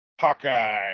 Hawkeye